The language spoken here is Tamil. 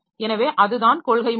எனவே அதுதான் காெள்கை முடிவு